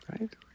right